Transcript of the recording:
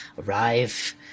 arrive